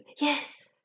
Yes